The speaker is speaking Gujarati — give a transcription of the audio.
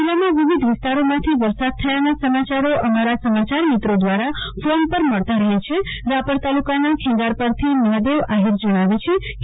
જિલ્લામાં વિવિધ વિસ્તારોમાંથી વરસાદ થવાના સમાચારો અમારા સમાચાર મિત્રો દ્રારા ફોન પર મળતા રહે છે રાપર તાલુકાના ખેંગારપર થી મહાદેવ આહિરે જણાવે છે કે